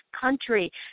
country